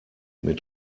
mit